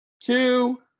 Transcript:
two